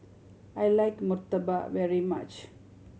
I like murtabak very much